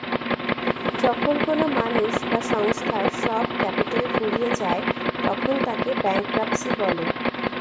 যখন কোনো মানুষ বা সংস্থার সব ক্যাপিটাল ফুরিয়ে যায় তখন তাকে ব্যাংকরাপসি বলে